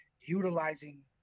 utilizing